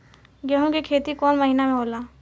गेहूं के खेती कौन महीना में होला?